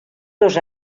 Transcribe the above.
dos